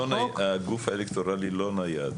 הגוף האלקטורלי הוא לא נייד.